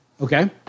Okay